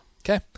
Okay